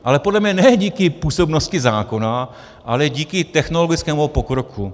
Ale podle mě ne díky působnosti zákona, ale díky technologickému pokroku.